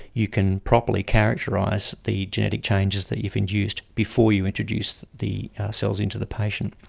you can properly characterise the genetic changes that you've induced before you introduce the cells into the patient.